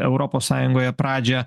europos sąjungoje pradžią